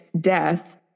death